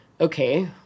okay